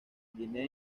guinea